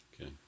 Okay